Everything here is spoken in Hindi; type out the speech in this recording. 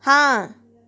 हाँ